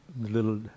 little